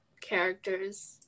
characters